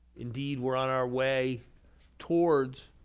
indeed, we're on our way towards,